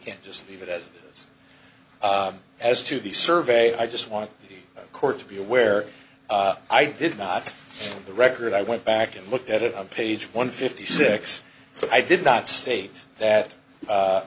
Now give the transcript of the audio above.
can't just leave it as is as to the survey i just want court to be aware i did not the record i went back and looked at it on page one fifty six but i did not state that